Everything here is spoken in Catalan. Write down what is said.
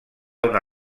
una